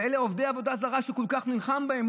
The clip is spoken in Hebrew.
לאלה עובדי העבודה הזרה שהוא כל כך נלחם בהם.